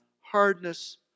Hardness